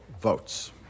votes